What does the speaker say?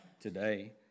today